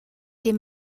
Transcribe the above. dem